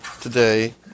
today